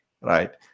right